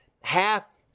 half